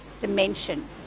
dimension